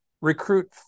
recruit